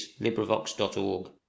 LibriVox.org